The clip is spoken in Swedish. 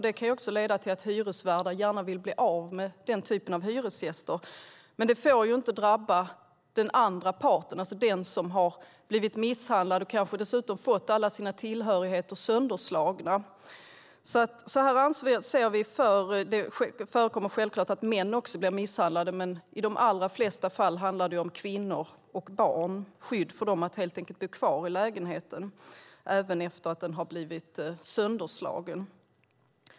Det kan leda till att hyresvärden gärna vill bli av med den typen av hyresgäster, men det får inte drabba den som har blivit misshandlad och kanske dessutom fått alla sina tillhörigheter sönderslagna. Det förekommer självfallet att män också blir misshandlade, men i de allra flesta fallen handlar det om kvinnor och barn som behöver ett skydd för att kunna bo kvar i lägenheten även efter det att den har blivit sönderslagen.